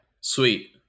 Sweet